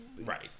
Right